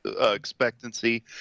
expectancy